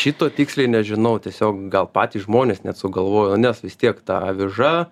šito tiksliai nežinau tiesiog gal patys žmonės net sugalvojo nes vis tiek ta aviža